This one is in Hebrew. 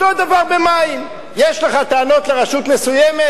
אותו הדבר במים: יש לך טענות לרשות מסוימת?